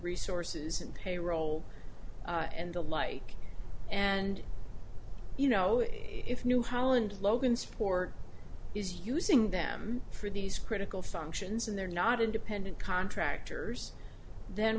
resources and payroll and the like and you know if new holland logansport is using them for these critical functions and they're not independent contractors then